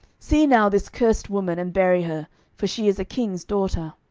see now this cursed woman, and bury her for she is a king's daughter.